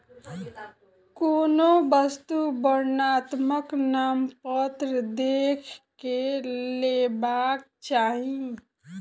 कोनो वस्तु वर्णनात्मक नामपत्र देख के लेबाक चाही